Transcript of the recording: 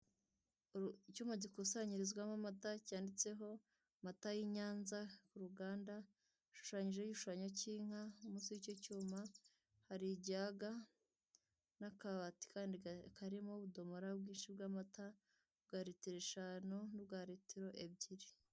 Icyuma gikusanyirizwamo amata cyanditseho amata y'inyanza, uruganda gishushanyijeho igishushanyo cy'inka munsi y'icyo cyuma, hari ijaga n'akabati kandi karimo ubudumora bwinshi bw'amata, bwa litiro eshanu n'ubwa litiro ebyiri.